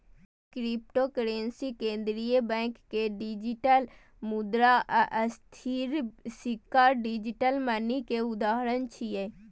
cryptocurrency, केंद्रीय bank के digital मुद्रा आ स्थिर सिक्का डिजिटल मनी के उदाहरण छियै